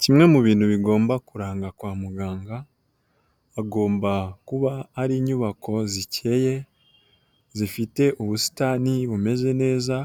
Kimwe mu bintu bigomba kuranga kwa muganga, agomba kuba ari inyubako zikeye zifite ubusitani bumeze neza,